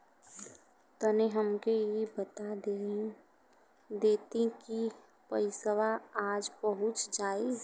तनि हमके इ बता देती की पइसवा आज पहुँच जाई?